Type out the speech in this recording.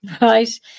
Right